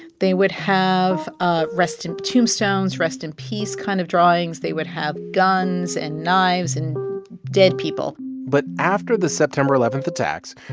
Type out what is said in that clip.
they would have ah rest in tombstones, rest in peace kind of drawings. they would have guns and knives and dead people but after the september eleven attacks,